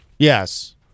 Yes